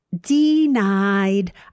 Denied